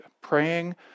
Praying